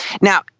Now